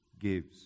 gives